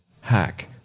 hack